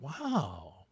Wow